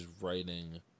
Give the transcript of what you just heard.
writing